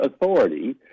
authority